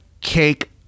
cake